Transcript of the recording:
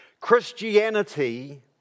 Christianity